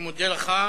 אני מודה לך.